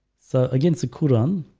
so against the quran